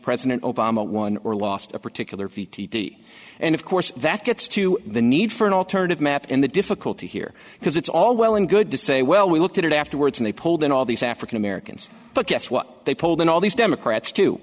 president obama won or lost a particular fifty and of course that gets to the need for an alternative map and the difficulty here because it's all well and good to say well we looked at it afterwards and they polled in all these african americans but guess what they polled in all these democrats too